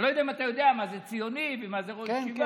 אני לא יודע אם אתה יודע מה זה ציוני ומה זה ראש ישיבה.